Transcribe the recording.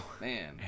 Man